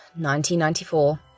1994